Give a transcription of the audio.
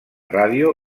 ràdio